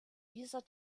dieser